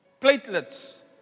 Platelets